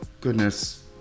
goodness